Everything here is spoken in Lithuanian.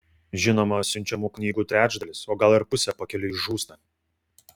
žinoma siunčiamų knygų trečdalis o gal ir pusė pakeliui žūsta